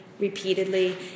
repeatedly